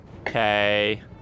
Okay